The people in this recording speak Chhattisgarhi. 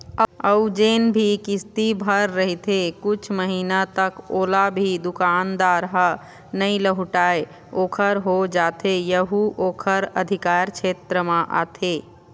अउ जेन भी किस्ती भर रहिथे कुछ महिना तक ओला भी दुकानदार ह नइ लहुटाय ओखर हो जाथे यहू ओखर अधिकार छेत्र म आथे